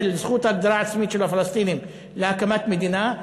זכות ההגדרה העצמית של הפלסטינים להקמת מדינה,